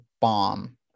bomb